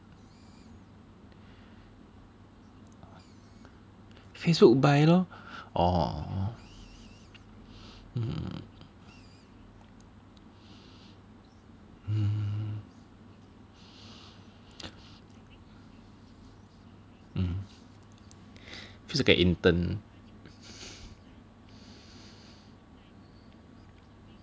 Facebook buy lor orh hmm mm mm just like an intern